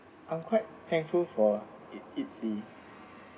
I'm quite thankful for it it see